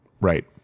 Right